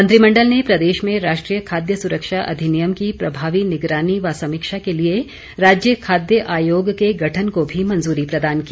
मंत्रिमंडल ने प्रदेश में राष्ट्रीय खाद्य सुरक्षा अधिनियम की प्रभावी निगरानी व समीक्षा के लिए राज्य खाद्य आयोग के गठन को भी मंजूरी प्रदान की